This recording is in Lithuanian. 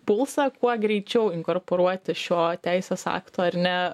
pulsą kuo greičiau inkorporuoti šio teisės akto ar ne